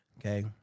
Okay